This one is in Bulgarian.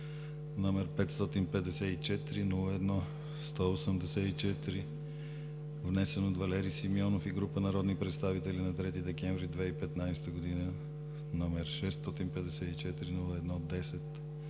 № 554-01-184, внесен от Валери Симеонов и група народни представители на 3 декември 2015 г.; № 654-01-10,